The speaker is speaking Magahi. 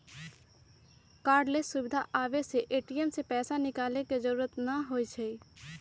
कार्डलेस सुविधा आबे से ए.टी.एम से पैसा निकाले के जरूरत न होई छई